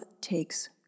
takes